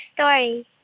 story